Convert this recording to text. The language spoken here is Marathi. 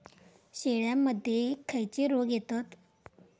शेळ्यामध्ये खैचे रोग येतत?